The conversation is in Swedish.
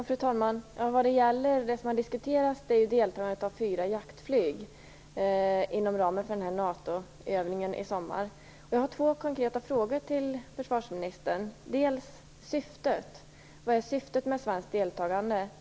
Fru talman! Det som har diskuterats är deltagandet av fyra jaktflygplan inom ramen för NATO-övningen i sommar. Jag har två konkreta frågor till försvarsministern. Det gäller för det första vilket syftet är med ett svenskt deltagande.